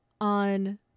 on